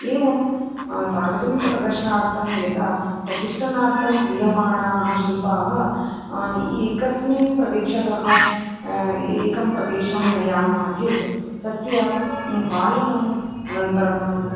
एवं सार्वजनिकप्रदर्शनार्थं यदा प्रतिष्ठानार्थं क्रियमाणाः शिल्पाः एकस्मिन् प्रदेशतः एकं प्रदेशं नयामः चेत् तस्य पालनम् अनन्तरम्